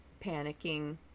panicking